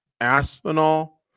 Aspinall